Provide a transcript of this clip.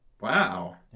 Wow